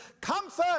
comfort